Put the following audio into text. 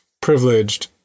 privileged